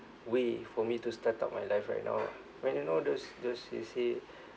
way for me to start up my life right now when you know those those you see